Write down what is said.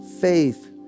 faith